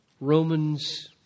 Romans